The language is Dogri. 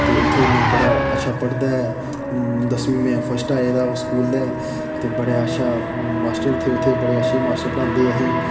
ते उ'त्थें में बड़ा अच्छा पढ़दा ऐ दसमीं में फर्स्ट आये दा उस स्कूल दे ते बड़ा अच्छा मास्टर थे उ'त्थें बड़े अच्छे मास्टर पढ़ांदे हे असें ई